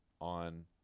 on